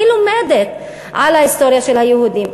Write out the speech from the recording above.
אני לומדת על ההיסטוריה של היהודים,